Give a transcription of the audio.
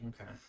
Okay